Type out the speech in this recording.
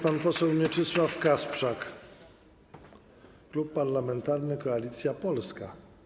Pan poseł Mieczysław Kasprzak, Klub Parlamentarny Koalicja Polska.